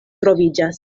troviĝas